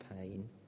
pain